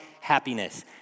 happiness